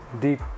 Deep